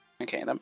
Okay